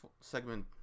segment